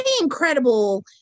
incredible